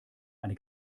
eine